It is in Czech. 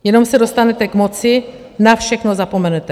Jenom se dostanete k moci, na všechno zapomenete.